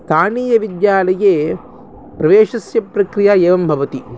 स्थानीयविद्यालये प्रवेशस्य प्रक्रिया एवं भवति